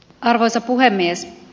arvoisa puhemies